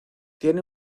tiene